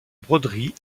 broderie